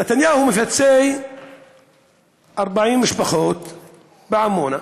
נתניהו מפצה 40 משפחות בעמונה,